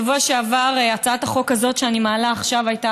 בשבוע שעבר הצעת החוק הזאת שאני מעלה עכשיו הייתה